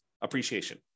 appreciation